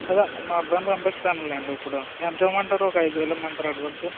అదా మా అబ్బాయిని పంపిస్తాను లెండి ఇప్పుడు ఎంత ఇవ్వమంటారు ఒక ఐదు వేలు ఇవ్వమంటారా అడ్వాన్స్